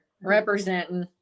Representing